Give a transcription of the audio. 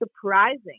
surprising